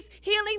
healing